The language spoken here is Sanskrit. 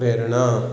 प्रेरणाम्